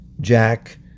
jack